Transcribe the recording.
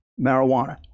marijuana